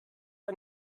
die